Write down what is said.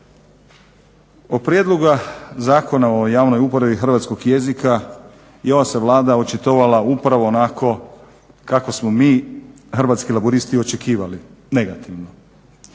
O Prijedlogu zakona o javnoj uporabi hrvatskog jezika i ova se Vlada očitovala upravo onako kako smo mi Hrvatski laburisti i očekivali, negativno.